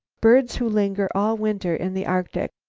birds who linger all winter in the arctic.